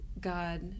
God